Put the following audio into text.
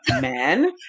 man